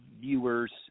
viewers